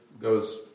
goes